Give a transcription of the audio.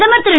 பிரதமர் திரு